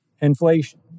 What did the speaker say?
inflation